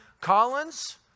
Collins